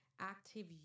active